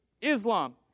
Islam